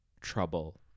trouble